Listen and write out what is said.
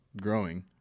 growing